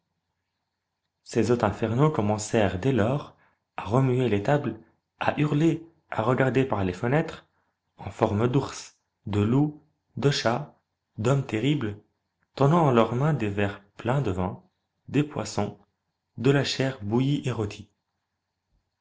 ces hôtes infernaux commencèrent dès-lors à remuer les tables à hurler à regarder par les fenêtres en forme d'ours de loups de chats d'hommes terribles tenant en leurs mains des verres pleins de vin des poissons de la chaire bouillie et